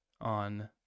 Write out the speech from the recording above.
on